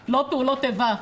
לא פעולות איבה.